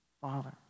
Father